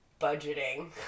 budgeting